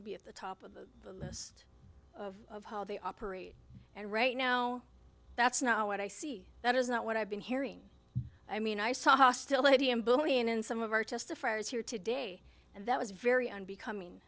to be at the top of the list of how they operate and right now that's not what i see that is not what i've been hearing i mean i saw hostility and bullying in some of our testifiers here today and that was very unbecoming